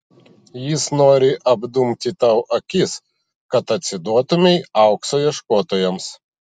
jis nori apdumti tau akis kad atsiduotumei aukso ieškotojams